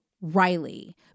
Riley